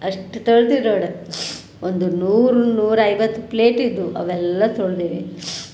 ಅಷ್ಟು ತೊಳ್ದೇವಿ ನೋಡಿ ಒಂದು ನೂರು ನೂರೈವತ್ತು ಪ್ಲೇಟ್ ಇದ್ದವು ಅವೆಲ್ಲ ತೊಳೆದೀವಿ